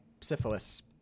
syphilis